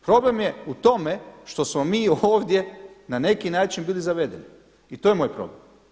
Problem je u tome što smo mi ovdje na neki način bili zavedeni i to je moj problem.